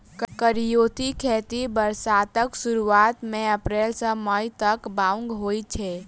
करियौती खेती बरसातक सुरुआत मे अप्रैल सँ मई तक बाउग होइ छै